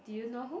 do you know who